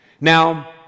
Now